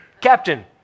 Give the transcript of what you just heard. captain